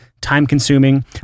Time-consuming